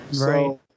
Right